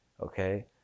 okay